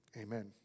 amen